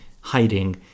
hiding